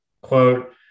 quote